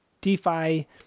DeFi